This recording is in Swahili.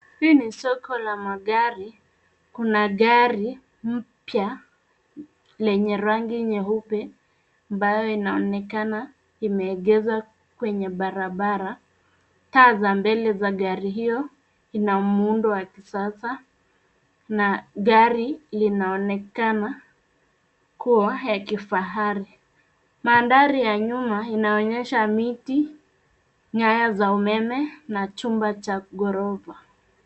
Hii ni soko la magari. Kuna gari mpya lenye rangi nyeupe ambayo inaonekana imeegezwa kwenye barabara. Taa za mbele za gari hiyo ina muundo wa kisasa na gari linaonekana kuwa ya kifahari Mandhari ya nyuma inaonyesha miti, nyaya za umeme na chumba cha gorofa.